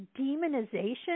demonization